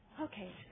Okay